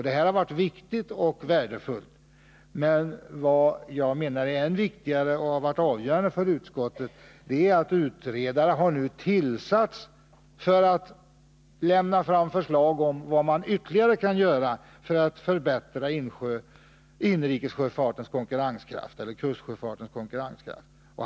Detta har varit viktigt och värdefullt, men ännu viktigare — och det har varit avgörande för utskottet — är att en utredare nu har tillsatts för att lägga fram förslag om vad som ytterligare kan göras för att förbättra inrikessjöfartens och kustsjöfartens konkurrenskraft.